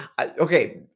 okay